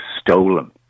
stolen